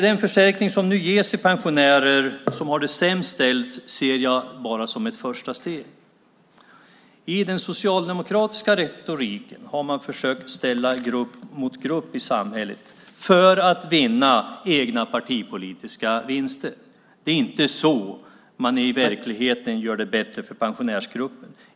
Den försäkring som nu ges till de pensionärer som har det sämst ställt ser jag bara som ett första steg. I den socialdemokratiska retoriken har man försökt ställa grupp mot grupp i samhället för att göra partipolitiska vinster. Det är inte så man i verkligheten gör det bättre för pensionärsgruppen.